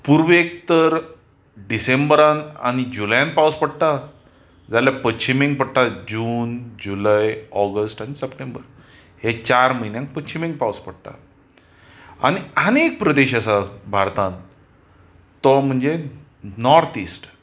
पुर्वेक तर डिसेंबरांत आनी जुलयांत पावस पडटा जाल्यार पश्चिमेक पडटा जून जुलय ऑगस्ट आनी सप्टेंबर हें चार म्हयन्यांत पश्चिमेक पावस पडटा आनी आनी एक प्रदेश आसा भारतांत तो म्हणजे नॉर्थ इस्ट